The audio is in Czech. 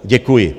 Děkuji.